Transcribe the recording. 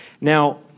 Now